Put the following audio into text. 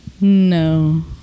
No